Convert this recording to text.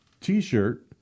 t-shirt